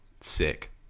sick